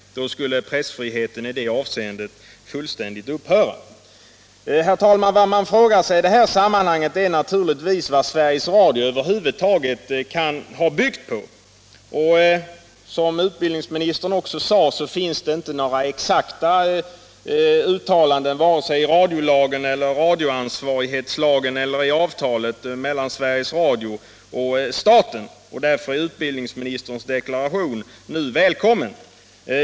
Då skulle pressfriheten i det avseendet fullständigt upphöra. Herr talman! Vad man frågar sig i det här sammanhanget är naturligtvis vad Sveriges Radio över huvud taget kan ha byggt sitt agerande på. Som utbildningsministern också sade finns det inte några exakta uttalanden vare sig i radiolagen, i radioansvarighetslagen eller i avtalet mellan Sveriges Radio och staten, och därför är utbildningsministerns deklaration vid detta tillfälle välkommen.